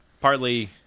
partly